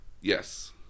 Yes